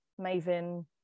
maven